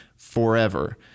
Forever